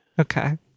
okay